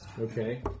Okay